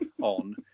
on